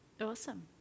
Awesome